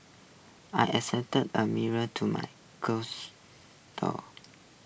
I A mirror to my closet door